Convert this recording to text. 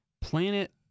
Planet